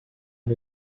new